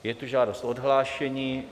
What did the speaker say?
Je tu žádost o odhlášení.